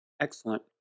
Excellent